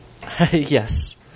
Yes